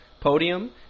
podium